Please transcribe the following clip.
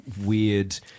weird